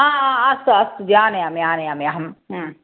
हा अस्तु अस्तु जि आनयामि आनयामि अहं